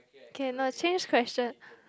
K no change question